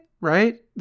right